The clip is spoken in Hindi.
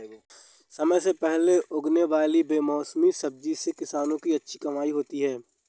समय से पहले उगने वाले बेमौसमी सब्जियों से किसानों की अच्छी कमाई होती है